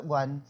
one